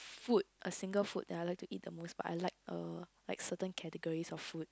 food a single food that I like to eat the most but I like a like certain categories of food